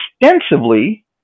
extensively